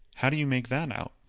how do you make that out?